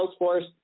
Salesforce